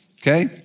okay